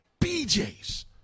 BJ's